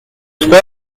trois